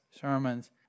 sermons